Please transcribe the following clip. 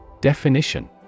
Definition